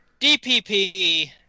DPP